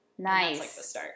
Nice